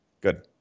Good